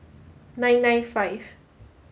nine nine five